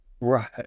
Right